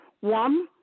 one